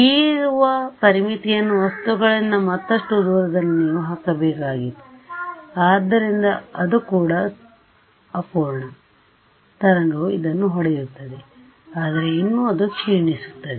ಹೀರಿವ ಪರಿಮಿತಿಯನ್ನು ವಸ್ತುಗಳಿಂದ ಮತ್ತಷ್ಟು ದೂರದಲ್ಲಿ ನೀವು ಹಾಕಬೇಕಾಗಿತ್ತು ಅದ್ದುದರಿಂದ ಅದು ಕೂಡ ಅಪೂರ್ಣ ತರಂಗವು ಅದನ್ನು ಹೊಡೆಯುತ್ತದೆಆದರೆ ಇನ್ನೂ ಅದು ಕ್ಷೀಣಿಸುತ್ತದೆ